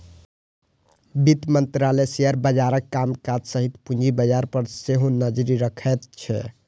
वित्त मंत्रालय शेयर बाजारक कामकाज सहित पूंजी बाजार पर सेहो नजरि रखैत छै